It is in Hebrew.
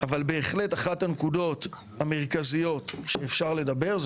אבל בהחלט אחת הנקודות המרכזיות שאפשר לדבר זה